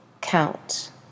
count